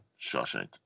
Shawshank